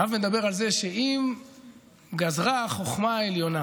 הרב מדבר על זה שאם גזרה החוכמה העליונה